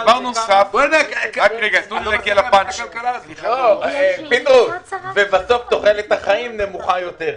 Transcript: הוא אמר משהו לא הגיוני ואני מנסה להבין למה?